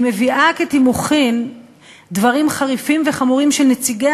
והיא מביאה כתימוכין דברים חריפים וחמורים של נציגי